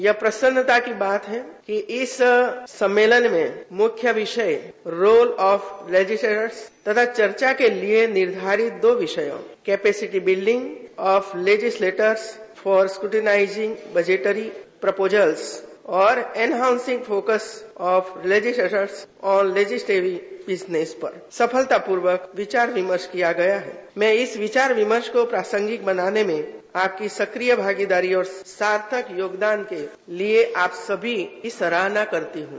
यह प्रसन्नता की बात है कि इस सम्मेलन में रोल ऑफ मेडिसमेंन्ट तथा चर्चा के लिये निर्धारित दो विश capacity building of legislators for scrutinizing वेजटरी प्रोपोजल्स और enhancing focus of legislators ऑल लेजिस सेविंग स्नेशफार सफलता पूर्वक विचार विमर्श किया गया हैं मैं इस विचार विमर्श को प्रसांगिक बनाने में आपकी सक्रिय भागीदारी और सार्थक योगदान के लिये आप सभी की सराहना करती हूँ